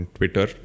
Twitter